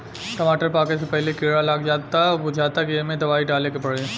टमाटर पाके से पहिले कीड़ा लाग जाता बुझाता कि ऐइमे दवाई डाले के पड़ी